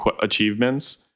achievements